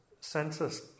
census